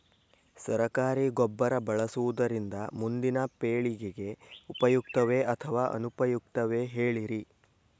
ಸರಕಾರಿ ಗೊಬ್ಬರ ಬಳಸುವುದರಿಂದ ಮುಂದಿನ ಪೇಳಿಗೆಗೆ ಉಪಯುಕ್ತವೇ ಅಥವಾ ಅನುಪಯುಕ್ತವೇ ಹೇಳಿರಿ